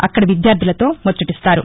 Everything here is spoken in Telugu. అక్కడి విద్యార్థులతో ముచ్చటీస్తారు